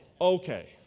Okay